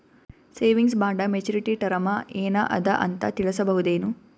Savings bond maturity term ಏನ ಅದ ಅಂತ ತಿಳಸಬಹುದೇನು?